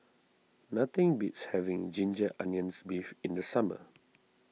nothing beats having Ginger Onions Beef in the summer